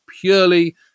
purely